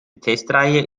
testreihe